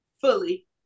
Fully